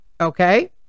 okay